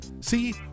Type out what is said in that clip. See